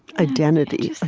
identity,